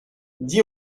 dix